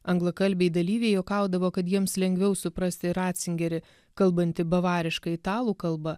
anglakalbiai dalyviai juokaudavo kad jiems lengviau suprasti ratzingerį kalbantį bavariška italų kalba